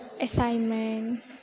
assignment